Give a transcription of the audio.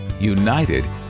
United